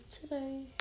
today